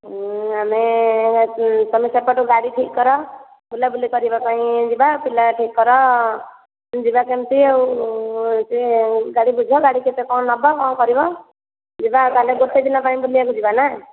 ଆମେ ତମେ ସେପଟୁ ଗାଡ଼ି ଠିକ୍ କର ବୁଲାବୁଲି କରିବା ପାଈଁ ଯିବା ପିଲା ଠିକ୍ କର ଯିବା କେମିତି ଆଉ ଗାଡ଼ି ବୁଝ ଗାଡ଼ି କେତେ କ'ଣ ନେବ କଁ କରିବ ଯିବା ତାହେଲେ ଗୋଟେ ଦିନ ପାଇଁ ବୁଲିବାକୁ ଯିବା ନା